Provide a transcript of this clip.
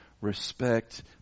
respect